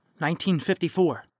1954